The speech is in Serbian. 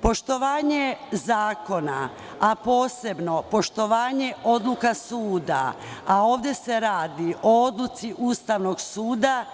Poštovanje zakona, a posebno poštovanje odluka suda, a ovde se radi o odluci Ustavnog suda